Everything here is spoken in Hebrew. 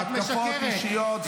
התקפות אישיות,